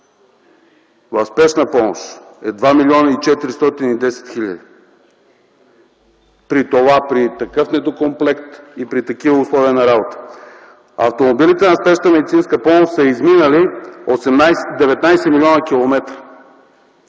в Спешна помощ е 2 млн. 410 хил. – при такъв недокомплект и при такива условия на работа. Автомобилите на Спешната медицинска помощ са изминали 19 милиона километра.